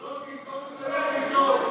לא תיקום ולא תיטור.